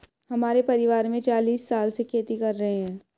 हमारे परिवार में चालीस साल से खेती कर रहे हैं